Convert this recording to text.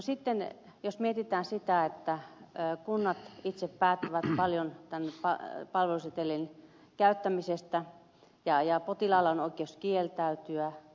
sitten jos mietitään sitä että kunnat itse päättävät paljon tämän palvelusetelin käyttämisestä ja potilaalla on oikeus kieltäytyä